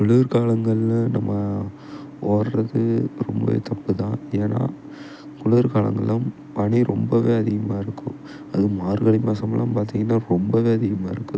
குளிர்காலங்களில் நம்ம ஓடுறதுக்கு ரொம்பவே தப்பு தான் ஏன்னா குளிர்காலங்களும் பனி ரொம்பவே அதிகமாக இருக்கும் அதுவும் மார்கழி மாதமெல்லாம் பார்த்திங்கன்னா ரொம்பவே அதிகமாக இருக்கு